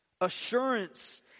Assurance